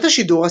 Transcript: בעת השידור,